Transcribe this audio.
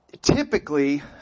typically